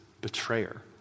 betrayer